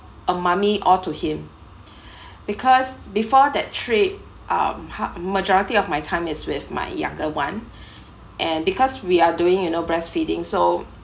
a mummy all to him because before that trip um out her majority of my time is with my younger one and because we are doing you know breastfeeding so